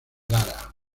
lara